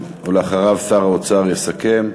אחריו, שר האוצר יסכם.